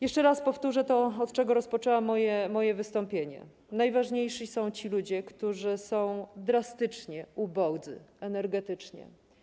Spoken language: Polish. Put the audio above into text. Jeszcze raz powtórzę to, od czego rozpoczęłam moje wystąpienie: najważniejsi są ci ludzie, którzy są drastycznie ubodzy energetycznie.